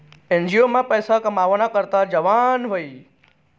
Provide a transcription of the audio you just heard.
NGO मा पैसा कमावाना करता जावानं न्हयी